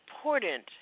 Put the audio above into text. important